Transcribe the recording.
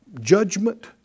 judgment